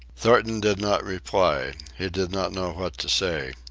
thornton did not reply. he did not know what to say.